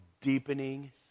deepening